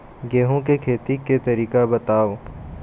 गेहूं के खेती के तरीका बताव?